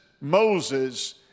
Moses